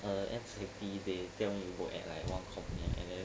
err S_I_P days then we work like one corner and then